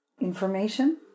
information